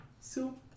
Soup